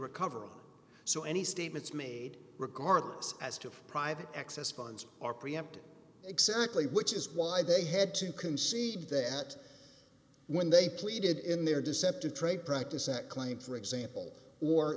recover so any statements made regardless as to private excess funds are preempted exactly which is why they had to concede that when they pleaded in their deceptive trade practices that claim for example or